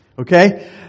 okay